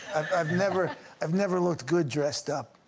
i've never i've never look good dressed up.